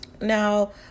Now